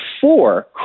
four